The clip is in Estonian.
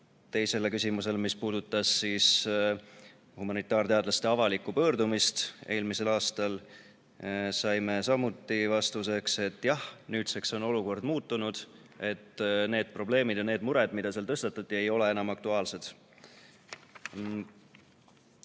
Teisele küsimusele, mis puudutas humanitaarteadlaste avalikku pöördumist eelmisel aastal, saime samuti vastuseks, et nüüdseks on olukord muutunud, et need probleemid ja need mured, mis seal tõstatati, ei ole enam aktuaalsed.